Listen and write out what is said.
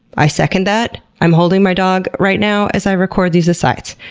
i second that, i'm holding my dog right now, as i record these asides.